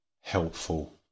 helpful